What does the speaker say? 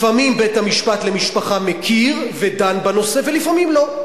לפעמים בית-המשפט לענייני משפחה מכיר ודן בנושא ולפעמים לא.